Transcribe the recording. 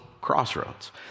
crossroads